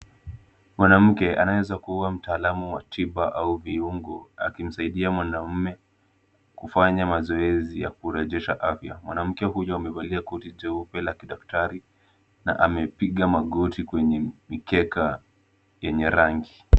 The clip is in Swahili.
Mwanamke anayeweza kuwa mtaalamu wa tiba au viungo, akimsaidia mwanaume kufanya mazoezi ya kurejesha afya. Mwanamke huyo amevalia koti jeupe la kidaktari na amepiga magoti kwenye mikeka yenye rangi.